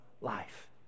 life